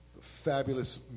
Fabulous